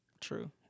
true